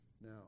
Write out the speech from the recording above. now